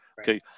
Okay